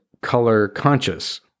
color-conscious